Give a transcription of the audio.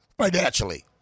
financially